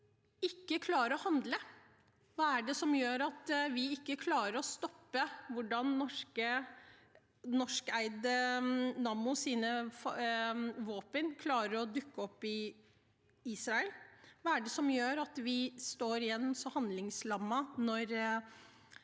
ikke klarer å handle? Hva er det som gjør at vi ikke klarer å stoppe hvordan norskeide Nammos våpen dukker opp i Israel? Hva er det som gjør at vi står igjen så handlingslammet når drapene